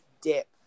dip